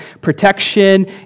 protection